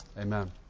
amen